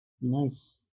Nice